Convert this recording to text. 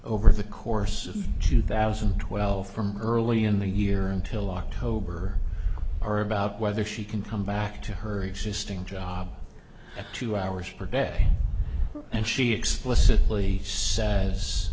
over the course of two thousand and twelve from early in the year until october or about whether she can come back to her existing job two hours per day and she explicitly says